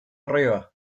arriba